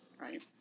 Right